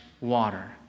water